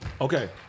Okay